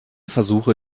versuche